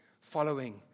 following